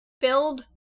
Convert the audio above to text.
filled